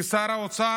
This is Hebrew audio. כשר האוצר,